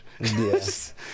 Yes